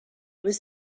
was